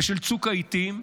בשל צוק העיתים.